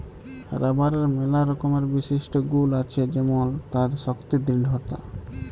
রাবারের ম্যালা রকমের বিশিষ্ট গুল আছে যেমল তার শক্তি দৃঢ়তা